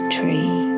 tree